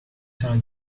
sono